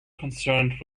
concerned